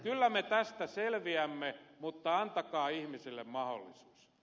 kyllä me tästä selviämme mutta antakaa ihmisille mahdollisuus